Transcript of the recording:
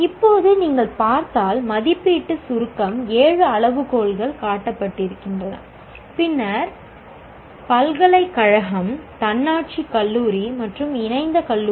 இப்போது நீங்கள் பார்த்தால் மதிப்பீட்டு சுருக்கம் ஏழு அளவுகோல்கள் காட்டப்படுகின்றன பின்னர் U பல்கலைக்கழகம் தன்னாட்சி கல்லூரி மற்றும் இணைந்த கல்லூரி